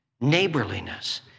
neighborliness